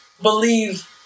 believe